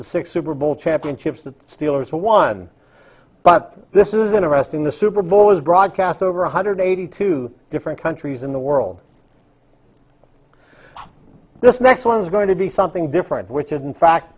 the six super bowl championships the steelers won but this is interesting the super bowl was broadcast over one hundred eighty two different countries in the world this next one is going to be something different which in fact